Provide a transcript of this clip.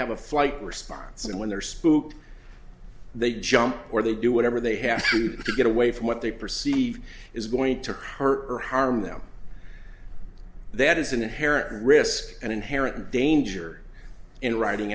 have a flight response and when they're spooked they jump or they do whatever they have to do to get away from what they perceive is going to her or harm them that is an inherent risk an inherent danger in writing